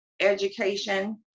education